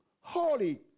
holy